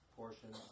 portion